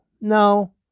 no